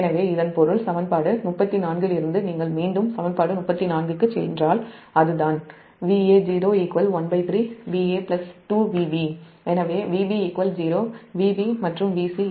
எனவே இதன் பொருள் சமன்பாடு 34 இலிருந்து எனவே Vb 0 Vb மற்றும் Vc இரண்டும் 0